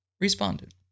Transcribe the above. responded